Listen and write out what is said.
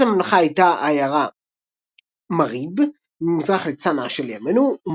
בירת הממלכה הייתה העיר מאריב ממזרח לצנעא של ימינו,